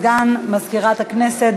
סגן מזכירת הכנסת.